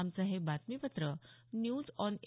आमचं हे बातमीपत्र न्यूज ऑन ए